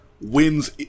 Wins